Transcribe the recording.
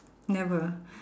never